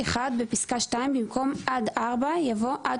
- בפסקה (2), במקום "עד (4)" יבוא "עד